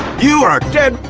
you are dead!